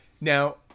Now